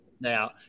now